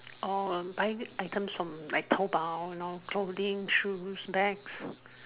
orh buying items from like Taobao you know clothing shoes bag